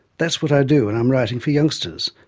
that's what i do when i'm writing for youngsters,